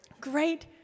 Great